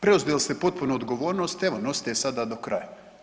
Preuzeli ste potpuno odgovornost evo nosite je sada do kraja.